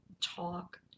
talk